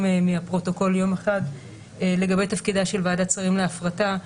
מהפרוטוקול לגבי תפקידה של ועדת שרים להפרטה.